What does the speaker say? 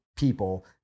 people